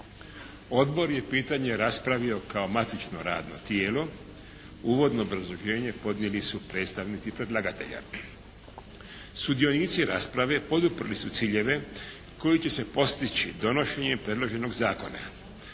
Odbor je pitanje raspravio kao matično radno tijelo. Uvodno obrazloženje podnijeli su predstavnici predlagatelja. Sudionici rasprave poduprli su ciljeve koji će se postići donošenjem predloženog zakona.